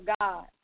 God